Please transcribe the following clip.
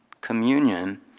communion